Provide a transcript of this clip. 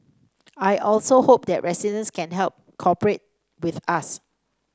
I also hope that residents can also help cooperate with us